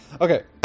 Okay